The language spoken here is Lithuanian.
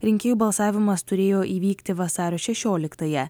rinkėjų balsavimas turėjo įvykti vasario šešioliktąją